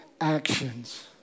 actions